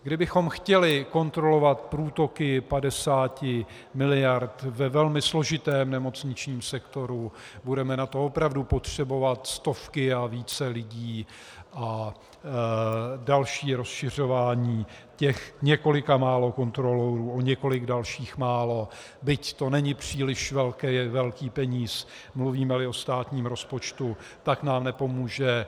Kdybychom chtěli kontrolovat průtoky 50 mld. ve velmi složitém nemocničním sektoru, budeme na to opravdu potřebovat stovky a více lidí a další rozšiřování těch několika málo kontrolorů o několik dalších málo, byť to není příliš velký peníz, mluvímeli o státním rozpočtu, nám nepomůže.